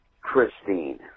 Christine